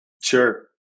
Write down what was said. Sure